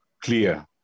clear